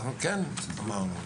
אנחנו אמרנו,